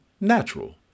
natural